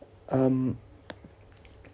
um